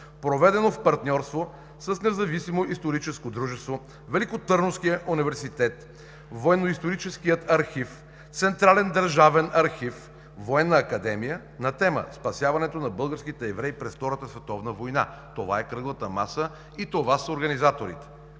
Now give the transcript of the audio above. проведено в партньорство с Независимо историческо дружество, Великотърновския университет, Военноисторическия архив, Централен държавен архив, Военна академия на тема: „Спасяването на българските евреи през Втората световна война“. Това е Кръглата маса и това са организаторите.